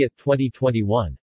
2021